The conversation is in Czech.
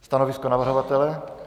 Stanovisko navrhovatele?